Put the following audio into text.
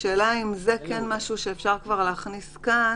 השאלה אם זה משהו שאפשר להכניס כאן?